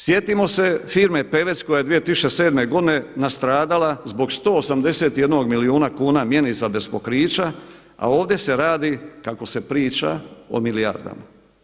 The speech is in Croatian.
Sjetimo se firme Pevec koja je 2007. godine nastradala zbog 171 milijuna kuna mjenica bez pokrića, a ovdje se radi, kako se priča o milijardama.